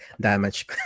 damage